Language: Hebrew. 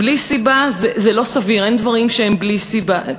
בלי סיבה, זה לא סביר, אין דברים שהם בלי סיבה.